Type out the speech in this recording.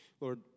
Lord